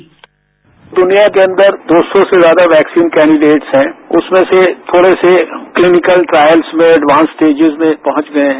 sound bite द्निया के अन्दर दो से ज्यादा वैक्सीन कैंडिडेट्स हैं उसमें से थोड़े से क्लीनिकल ट्रायल्स में एडवांस स्टेटिज में पहुंच गये हैं